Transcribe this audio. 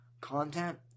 content